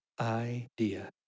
idea